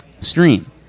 stream